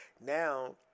now